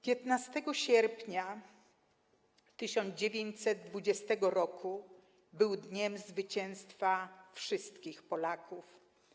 15 sierpnia 1920 roku był dniem zwycięstwa wszystkich Polaków.